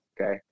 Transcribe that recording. Okay